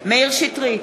מאיר שטרית,